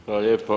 Hvala lijepo.